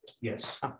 Yes